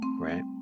right